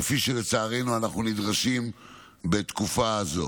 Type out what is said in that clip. כפי שלצערנו אנו נדרשים בתקופה זו.